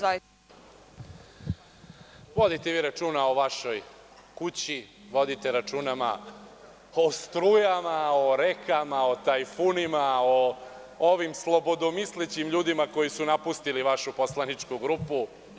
Vodite vi računa o vašoj kući, vodite računa o strujama, o rekama, o tajfunima, o ovim slobodomislećim ljudima koji su napustili vašu poslaničku grupu.